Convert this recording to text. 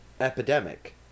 epidemic